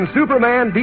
Superman